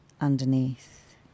underneath